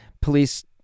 Police